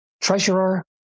treasurer